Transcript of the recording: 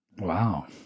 Wow